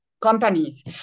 companies